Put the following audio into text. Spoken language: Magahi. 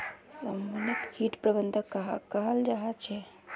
समन्वित किट प्रबंधन कहाक कहाल जाहा झे?